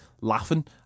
laughing